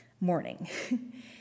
morning